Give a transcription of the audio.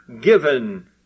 given